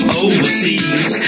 overseas